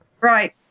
Right